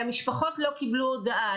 המשפחות לא קיבלו הודעה.